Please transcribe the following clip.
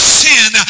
sin